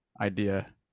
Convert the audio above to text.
idea